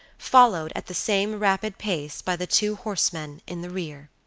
followed at the same rapid pace by the two horsemen in the rear.